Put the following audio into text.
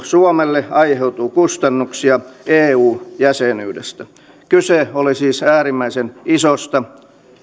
suomelle aiheutuu kustannuksia eu jäsenyydestä kyse oli siis äärimmäisen isosta